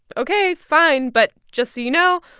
ok, fine, but just so you know,